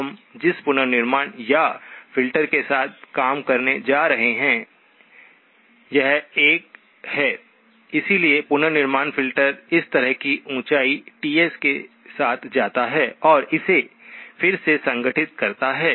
तो हम जिस पुनर्निर्माण या फ़िल्टर के साथ काम करने जा रहे हैं यह 1 है इसलिए पुनर्निर्माण फ़िल्टर इस तरह की ऊंचाई Ts के साथ जाता है और इसे फिर से संगठित करता है